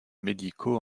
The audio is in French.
médicaux